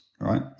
right